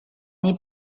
nei